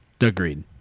Agreed